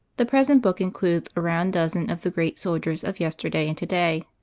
the present book includes a round dozen of the great soldiers of yesterday and today.